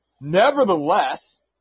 Nevertheless